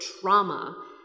trauma